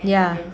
ya